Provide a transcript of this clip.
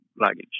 luggage